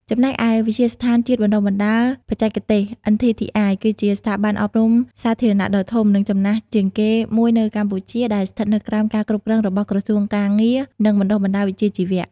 ចំណែកឯ វិទ្យាស្ថានជាតិបណ្ដុះបណ្ដាលបច្ចេកទេស (NTTI) គឺជាស្ថាប័នអប់រំសាធារណៈដ៏ធំ និងចំណាស់ជាងគេមួយនៅកម្ពុជា ដែលស្ថិតនៅក្រោមការគ្រប់គ្រងរបស់ ក្រសួងការងារ និងបណ្តុះបណ្តាលវិជ្ជាជីវៈ។